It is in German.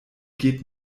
geht